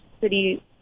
city